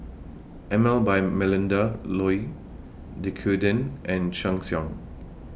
Emel By Melinda Looi Dequadin and Sheng Siong